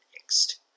next